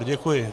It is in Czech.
Děkuji.